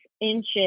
inches